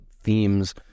themes